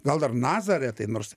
gal dar nazaretai nors